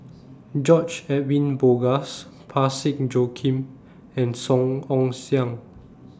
George Edwin Bogaars Parsick Joaquim and Song Ong Siang